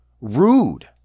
rude